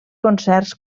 concerts